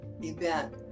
event